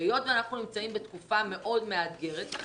שהיות ואנחנו נמצאים בתקופה מאתגרת מאוד צריך